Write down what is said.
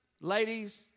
Ladies